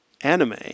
anime